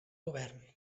govern